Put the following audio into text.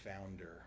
founder